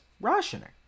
rationing